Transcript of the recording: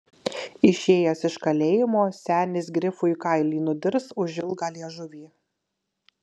išėjęs iš kalėjimo senis grifui kailį nudirs už ilgą liežuvį